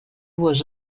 was